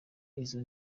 izo